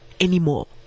anymore